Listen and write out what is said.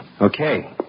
Okay